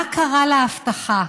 מה קרה להבטחה?